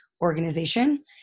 organization